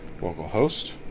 localhost